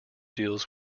deals